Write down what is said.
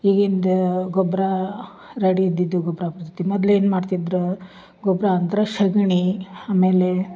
ಈಗಿಂದು ಗೊಬ್ಬರ ರೆಡಿ ಇದ್ದಿದ್ದು ಗೊಬ್ಬರ ಬರ್ತೈತಿ ಮೊದಲು ಏನು ಮಾಡ್ತಿದ್ದರು ಗೊಬ್ಬರ ಅಂದ್ರೆ ಸೆಗಣಿ ಆಮೇಲೆ